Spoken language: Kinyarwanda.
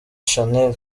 shanel